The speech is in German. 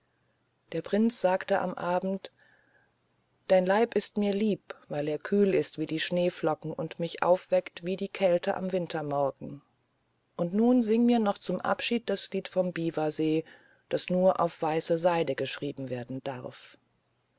der prinz sagte am abend dein leib ist mir lieb weil er kühl ist wie die schneeflocken und mich aufweckt wie die kälte am wintermorgen und nun singe mir noch zum abschied das lied vom biwasee das nur auf weiße seide geschrieben werden darf